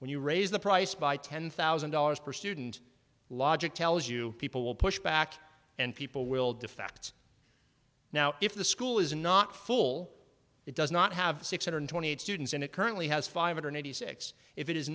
when you raise the price by ten thousand dollars per student logic tells you people will push back and people will defect now if the school is not full it does not have six hundred twenty eight students in it currently has five hundred eighty six if it is